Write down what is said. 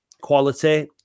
quality